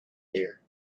there